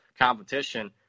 competition